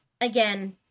again